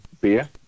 beer